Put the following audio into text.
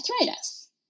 arthritis